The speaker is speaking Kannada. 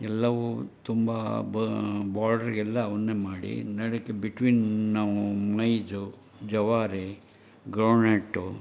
ಎಲ್ಲವೂ ತುಂಬ ಬಾರ್ಡರ್ಗೆಲ್ಲ ಅವನ್ನೇ ಮಾಡಿ ನಡಕ್ಕೆ ಬಿಟ್ವೀನ್ ನಾವು ಮೈಜು ಜವಾರೆ ಗ್ರೌಂಡ್ ನಟ್ಟು